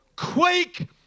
Quake